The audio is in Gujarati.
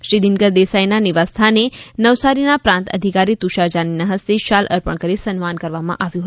શ્રી દિનકર દેસાઈનાં નિવાસસ્થાણે નવસારીના પ્રાંત અધિકારી તુષાર જાનીનાં હસ્તે શાલ અર્પણ કરી સન્માન કરવામાં આવ્યું હતું